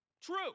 True